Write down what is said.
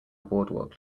boardwalk